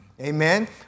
Amen